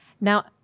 Now